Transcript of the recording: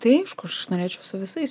tai aš norėčiau su visais